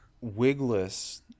Wigless